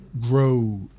Grow